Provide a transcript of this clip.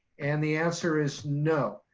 and the answer is no.